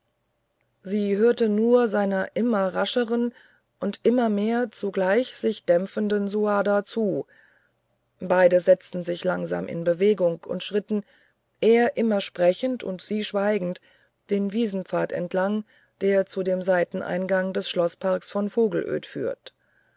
sie hörte nur seiner immer rascheren und immer mehr zugleich sich dämpfenden suada zu beide setzten sich langsam in bewegung und schritten er immer sprechend und sie schweigend den wiesenpfad entlang der zu dem seiteneingang des schloßparks von vogelöd führt